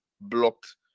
blocked